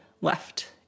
left